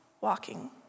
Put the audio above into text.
walking